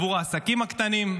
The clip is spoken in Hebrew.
עבור העסקים הקטנים.